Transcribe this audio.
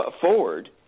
forward